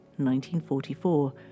1944